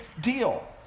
deal